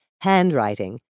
Handwriting